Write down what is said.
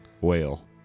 Whale